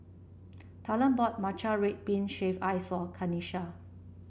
talan bought Matcha Red Bean Shaved Ice for Kanisha